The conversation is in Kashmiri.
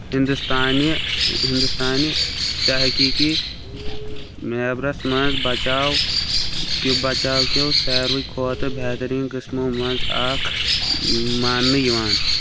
ہِنٛدوستانہِ ہِندوستانہِ تحقیٖقی میبرس منٛز بچاو بَچاو کیٚو سارِوٕے کھۄتہٕ بہترین قٕسمو منٛز اکھ مانٛنہٕ یِوان